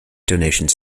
donations